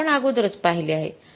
जे आपण अगोदरच पाहिले आहे